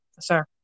Sir